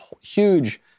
huge